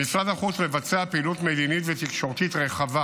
משרד החוץ מבצע פעילות מדינית ותקשורתית רחבה